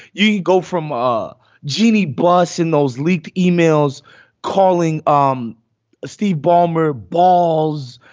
you you go from ah jeanie buss in those leaked emails calling um steve ballmer balls.